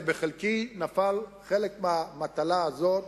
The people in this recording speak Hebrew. ובחלקי נפל חלק מהמטלה הזאת,